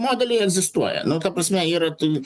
modeliai egzistuoja nu ta prasme yra tai